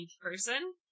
person